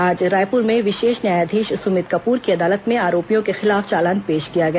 आज रायपुर में विशेष न्यायाधीश सुमित कपूर की अदालत में आरोपियों के खिलाफ चालान पेश किया गया